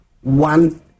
One